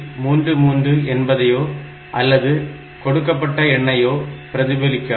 33 என்பதையோ அல்லது கொடுக்கப்பட்ட எண்ணையோ பிரதிபலிக்காது